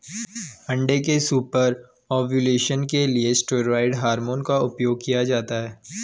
अंडे के super ovulation के लिए स्टेरॉयड हार्मोन का उपयोग किया जाता है